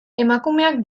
emakumeak